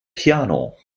piano